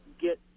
get